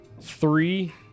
three